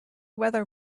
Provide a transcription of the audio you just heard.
weather